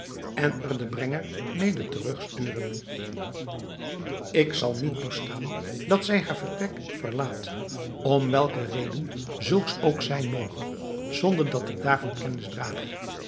en er den brenger mede terugsturen ik zal niet toestaan dat zij haar vertrek verlaat om welke reden zulks ook zijn moge zonder dat ik daarvan kennis draag